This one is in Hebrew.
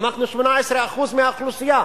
ואנחנו 18% מהאוכלוסייה.